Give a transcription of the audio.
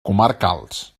comarcals